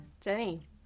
Jenny